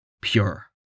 pure